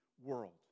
world